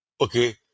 Okay